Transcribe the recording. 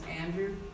Andrew